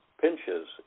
pinches